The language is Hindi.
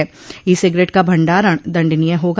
ई सिगरेट का भंडारण दंडनीय होगा